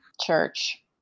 church